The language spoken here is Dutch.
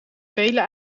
vele